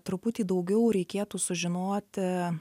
truputį daugiau reikėtų sužinoti